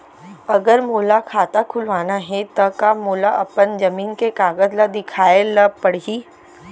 अगर मोला खाता खुलवाना हे त का मोला अपन जमीन के कागज ला दिखएल पढही?